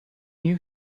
you